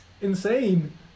insane